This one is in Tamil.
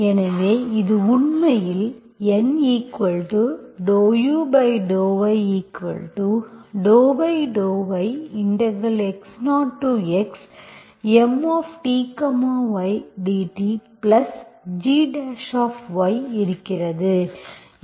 எனவே இது உண்மையில் N∂u∂y∂yx0xMty dtg இருக்கிறது